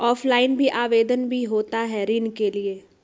Offline भी आवेदन भी होता है ऋण के लिए?